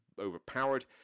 overpowered